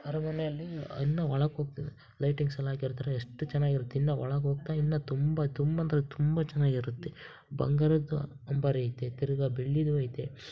ಅರಮನೆಯಲ್ಲಿ ಇನ್ನೂ ಒಳಗೋಕ್ತೀವ್ ಲೈಟಿಂಗ್ಸ್ ಎಲ್ಲ ಹಾಕಿರ್ತಾರೆ ಎಷ್ಟು ಚೆನ್ನಾಗಿರುತ್ತೆ ಇನ್ನೂ ಒಳಗೋಗ್ತಾ ಇನ್ನೂ ತುಂಬ ತುಂಬ ಅಂದರೆ ತುಂಬ ಚೆನ್ನಾಗಿರುತ್ತೆ ಬಂಗಾರದ ಅಂಬಾರಿ ಐತೆ ತಿರ್ಗಾ ಬೆಳ್ಳೀದು ಐತೆ